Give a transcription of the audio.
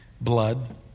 blood